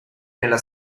nella